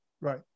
Right